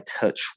touch